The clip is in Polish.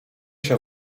się